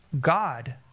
God